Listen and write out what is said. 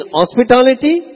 hospitality